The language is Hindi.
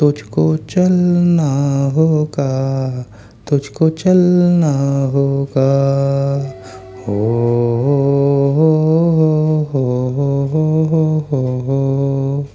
तुझको चलना होगा तुझको चलना होगा ओ हो हो हो हो हो हो हो हो